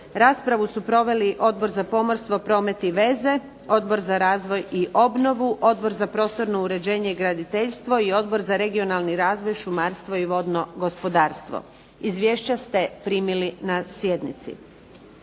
Raspravu su proveli Odbor za pomorstvo, promet i veze, Odbor za razvoj i obnovu, Odbor za prostorno uređenje i graditeljstvo i Odbor za regionalni razvoj, šumarstvo i vodno gospodarstvo. Izvješća ste primili na sjednici.